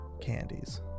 Candies